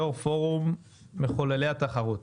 יושב ראש פורום מחוללי התחרות,